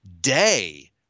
day